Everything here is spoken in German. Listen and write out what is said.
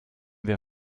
wir